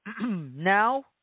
now